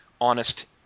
honest